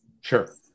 Sure